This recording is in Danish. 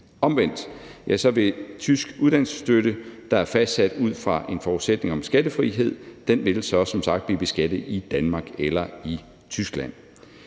Omvendt vil tysk uddannelsesstøtte, der er fastsat ud fra en forudsætning om skattefrihed, som sagt så blive beskattet i Danmark eller i Tyskland.